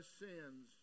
sins